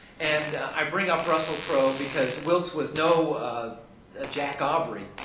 and i bring up russell crow because wilkes was no ah jack aubrey.